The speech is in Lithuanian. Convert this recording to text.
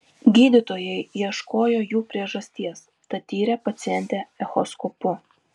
gydytojai ieškojo jų priežasties tad tyrė pacientę echoskopu